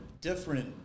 different